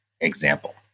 example